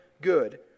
good